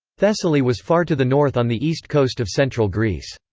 thessaly was far to the north on the east coast of central greece.